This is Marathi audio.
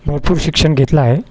भरपूर शिक्षण घेतलं आहे